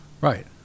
right